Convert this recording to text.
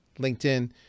LinkedIn